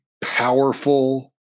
powerful